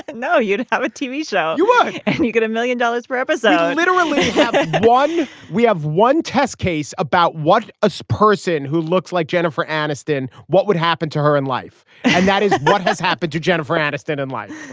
and know, you have a tv show ah and you get a million dollars per episode literally one we have one test case about what a so person who looks like jennifer aniston. what would happen to her in life? and that is what has happened to jennifer aniston in life.